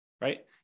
right